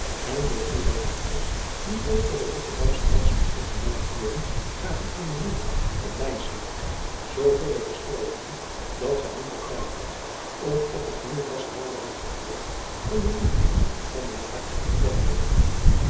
en de toebereidsels die ook voor de rotterdamsche reis moesten gemaakt worden gaven aan de moeder van lijnslager zoovele verstrooijingen dat zij minder tijd had om op het nu ras naderend vertrek van den lieveling van haar hart te denken